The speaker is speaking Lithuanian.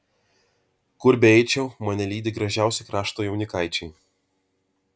kur beeičiau mane lydi gražiausi krašto jaunikaičiai